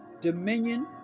dominion